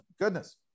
goodness